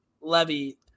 Levy